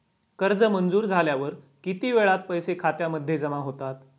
कर्ज मंजूर झाल्यावर किती वेळात पैसे खात्यामध्ये जमा होतात?